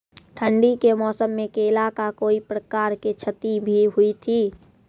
ठंडी के मौसम मे केला का कोई प्रकार के क्षति भी हुई थी?